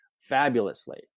fabulously